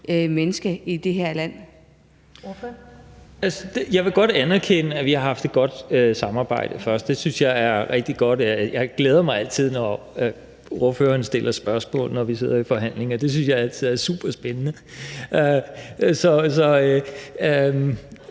Kim Valentin (V): Jeg vil godt anerkende, at vi har haft et godt samarbejde, og det synes jeg er rigtig godt. Jeg glæder mig altid, når ordførerne stiller spørgsmål, når vi sidder i forhandlinger. Det synes jeg altid er super spændende. Men